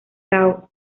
cao